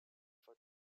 for